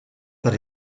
per